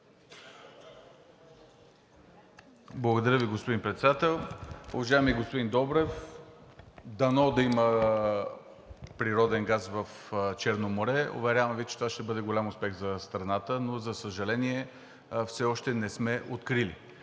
Благодаря Ви, господин Председател. Уважаеми господин Добрев, дано да има природен газ в Черно море. Уверявам Ви, че това ще бъде голям успех за страната, но за съжаление, все още не сме открили.